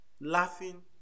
laughing